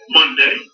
Monday